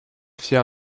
fier